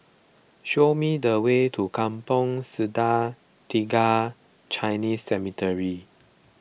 show me the way to Kampong Sungai Tiga Chinese Cemetery